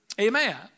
Amen